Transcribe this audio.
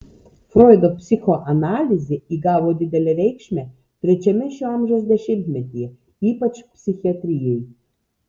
froido psichoanalizė įgavo didelę reikšmę trečiame šio amžiaus dešimtmetyje ypač psichiatrijai